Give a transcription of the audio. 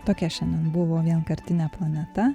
tokia šiandien buvo vienkartinė planeta